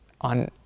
on